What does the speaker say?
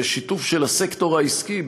ושיתוף של הסקטור העסקי,